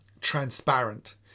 transparent